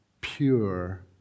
pure